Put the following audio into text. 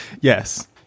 Yes